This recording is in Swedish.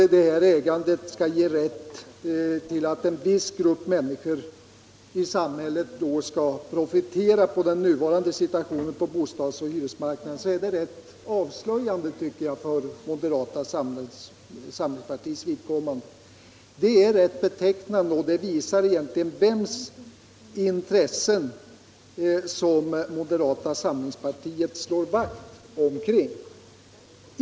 Detta ägande skall ge en viss grupp människor i samhället rätt att profitera på den nuvarande situationen på bostadsoch hyresmarknaden. Det är avslöjande för moderata samlingspartiet. Det visar vems intressen som moderata samlingspartiet egentligen slår vakt om.